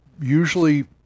usually